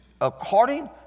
According